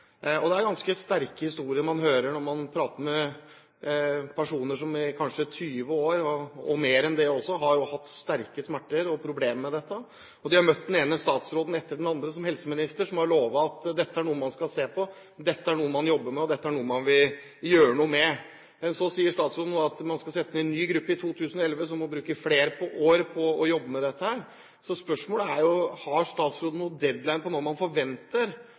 Det er ganske sterke historier man hører når man prater med personer som kanskje i 20 år, og mer enn det også, har hatt sterke smerter og problemer med dette. De har møtt den ene statsråden etter den andre som helseminister som har lovet at dette er noe man skal se på, dette er noe man jobber med, og dette er noe man vil gjøre noe med. Så sier statsråden nå at man skal sette ned en ny gruppe i 2011 som må bruke flere år på å jobbe med dette. Spørsmålet er: Har statsråden noen deadline for når man forventer